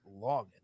long